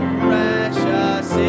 precious